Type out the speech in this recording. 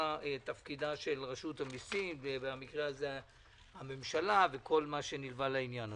מה תפקידה של רשות המיסים ובמקרה הזה הממשלה וכל מה שנלווה לעניין.